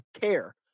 care